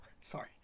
sorry